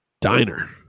diner